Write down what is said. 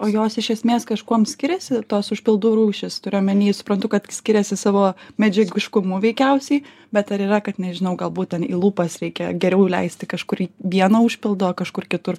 o jos iš esmės kažkuom skiriasi tos užpildų rūšys turiu omeny suprantu kad skiriasi savo medžiagiškumu veikiausiai bet ar yra kad nežinau gal būten į lūpas reikia geriau leisti kažkurį vieną užpildo kažkur kitur